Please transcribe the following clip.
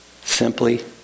simply